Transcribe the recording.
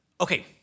Okay